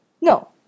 No